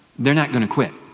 they're not going to quit.